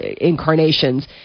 incarnations